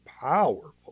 powerful